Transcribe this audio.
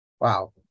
Wow